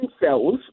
cells